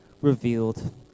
revealed